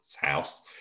house